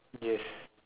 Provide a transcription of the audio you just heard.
yes